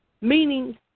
meaning